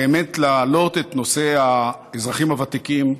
באמת להעלות את נושא האזרחים הוותיקים,